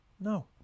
no